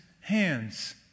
hands